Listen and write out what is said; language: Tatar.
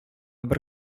бер